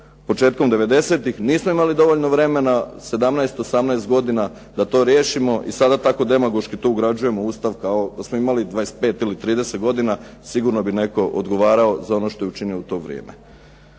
devedesetih. Nismo imali dovoljno vremena 17, 18 godina da to riješimo i sada tako demagoški to ugrađujemo u Ustav kao, da smo imali 25 ili 30 godina sigurno bi netko odgovarao za ono što je učinio u to vrijeme.